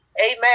amen